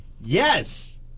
Yes